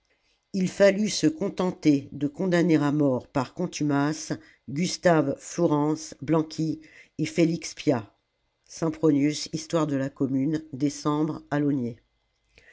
il fallut se contenter de condamner à mort par contumace gustave flourens blanqui et félix pyat sempronius histoire de la commune